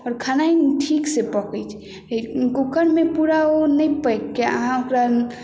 आओर खेनाइ ठीकसँ पकैत छै कुकरमे पूरा ओ नहि पकिके अहाँ ओकरा